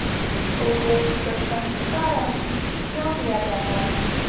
Cocoa प्रसंस्करण क्यों किया जाता है?